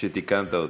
שתיקנת אותי.